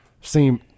seem